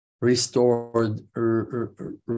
restored